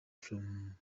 from